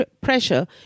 pressure